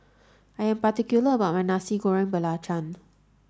I am particular about my Nasi Goreng Belacan